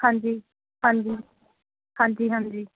ਹਾਂਜੀ ਹਾਂਜੀ ਹਾਂਜੀ ਹਾਂਜੀ